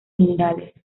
minerales